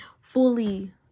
fully